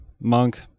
monk